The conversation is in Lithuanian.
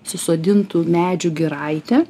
susodintų medžių giraitę